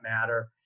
matter